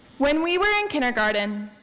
when we were in kindergarten,